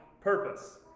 purpose